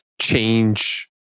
change